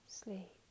sleep